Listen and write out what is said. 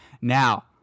Now